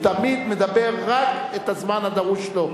הוא תמיד מדבר רק במשך הזמן הדרוש לו.